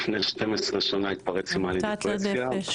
לפני 12 שנים התפרצה לי מאניה דיפרסיה,